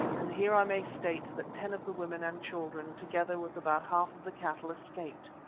and here i may state that ten of the women and children, together with about half of the cattle, escaped.